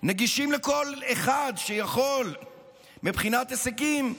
נגישים לכל אחד שיכול מבחינת הישגים.